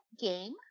game